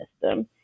system